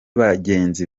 bagenzi